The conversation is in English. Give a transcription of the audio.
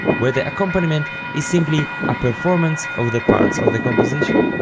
where the accompaniment is simply a performance of the parts of the composition.